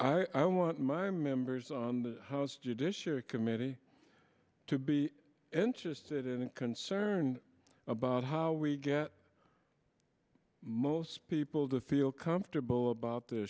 t i want my members on the house judiciary committee to be interested and concerned about how we get most people to feel comfortable about th